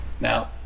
Now